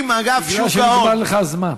אם אגף שוק ההון, בגלל שנגמר לך הזמן.